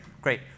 great